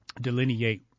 delineate